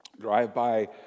drive-by